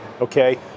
okay